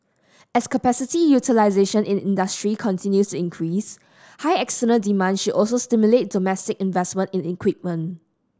as capacity utilisation in industry continues increase high external demand should also stimulate domestic investment in equipment